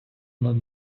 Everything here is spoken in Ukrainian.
над